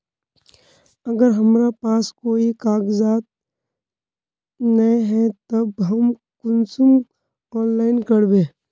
अगर हमरा पास कोई कागजात नय है तब हम कुंसम ऑनलाइन करबे?